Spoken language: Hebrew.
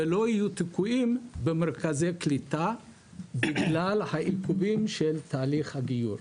ולא יהיו תקועים במרכזי קליטה בגלל העיכובים של תהליך הגיור.